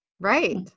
Right